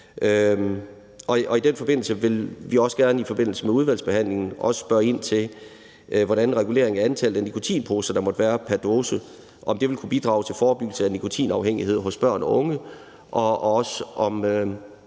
nogle yderligere afgiftsstigninger. I forbindelse med udvalgsbehandlingen vil vi også spørge ind til, hvordan en regulering af det antal af nikotinposer, der må være pr. dåse, vil kunne bidrage til forebyggelse af nikotinafhængighed hos børn og unge, og også, om